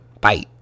Bye